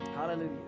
Hallelujah